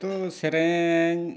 ᱛᱚ ᱥᱮᱨᱮᱧ